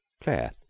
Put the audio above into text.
Claire